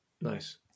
Nice